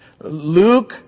Luke